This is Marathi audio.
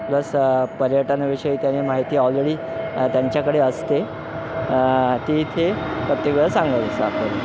प्लस पर्यटनविषयी त्याने माहिती ऑलरेडी त्यांच्याकडे असते ती इथे प्रत्येक वेळा सांगत असतात आपल्याला